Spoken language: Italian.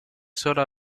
solo